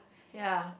ya